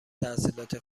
تحصیلات